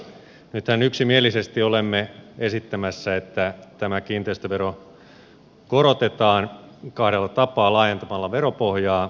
nythän yksimielisesti olemme esittämässä että tätä kiinteistöveroa korotetaan kahdella tapaa